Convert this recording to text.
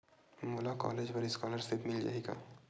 मोला कॉलेज बर स्कालर्शिप मिल जाही का?